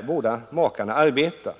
som båda arbetar.